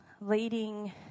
leading